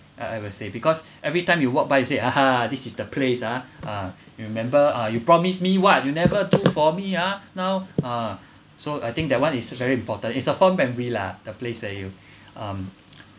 uh I would say because everytime you walked by you say (uh huh) this is the place ah uh you remember uh you promise me what you never do for me ah now ah so I think that one is very important it's a fond memory lah the place that you um